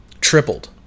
Tripled